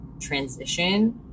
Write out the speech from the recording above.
transition